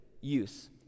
use